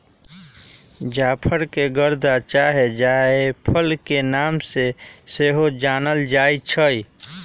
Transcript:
जाफर के गदा चाहे जायफल के नाम से सेहो जानल जाइ छइ